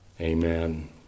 amen